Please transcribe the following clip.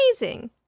amazing